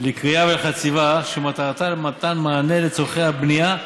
לכרייה ולחציבה שמטרתה מתן מענה לצורכי הבניה,